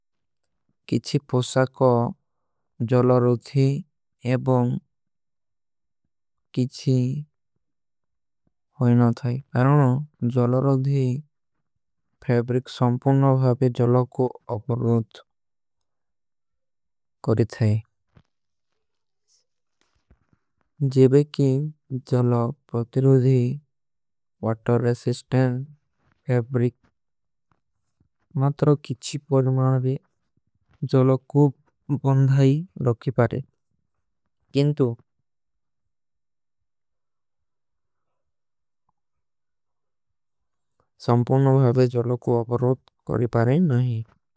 କିଛୀ ପୋସା କା ଜଲା ରୋଧୀ ଏବାଂ କିଛୀ ହୋଈ। ନା ଥାଈ ବାରଣ ଜଲା ରୋଧୀ ଫୈବ୍ରିକ ସଂପୁର୍ଣ ଭାଵେ। ଜଲା କୋ ଅପରୋଧ କରୀ ଥାଈ ଜେଵେ କୀ ଜଲା ପରତେ। ରୋଧୀ ଵାଟର ରେସିସ୍ଟେଂଟ ଫୈବ୍ରିକ ମାତ୍ରା କିଛୀ। ପରମାରେ ଜଲା କୋ ବଂଧାଈ ଲୋକୀ ପାରେଂ କେଂଟୋ। ସଂପୁର୍ଣ ଭାଵେ ଜଲା କୋ ଅପରୋଧ କରୀ ପାରେଂ ନହୀଂ।